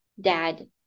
dad